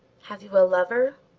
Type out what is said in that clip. have you a lover?